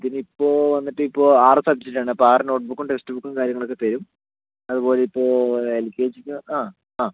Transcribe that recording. ഇതിന് ഇപ്പോൾ വന്നിട്ട് ഇപ്പോൾ ആറ് സബ്ജക്ട് ആണ് അപ്പം ആറ് നോട്ടു ബുക്കും ടെക്സ്റ്റ് ബുക്കും കാര്യങ്ങളൊക്കെ തരും അതുപോലെ ഇപ്പോൾ എൽ കെ ജിക്ക് ആ ആ